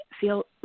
feel